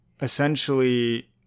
essentially